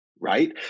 right